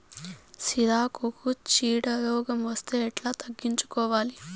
సిరాకుకు చీడ రోగం వస్తే ఎట్లా తగ్గించుకోవాలి?